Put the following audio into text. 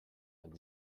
vingt